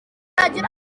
rubyagira